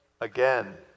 again